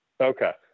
Okay